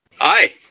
Hi